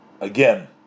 again